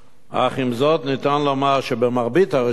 עם זאת, ניתן לומר שבמרבית הרשויות